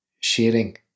sharing